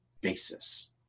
basis